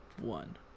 One